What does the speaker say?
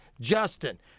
Justin